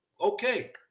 Okay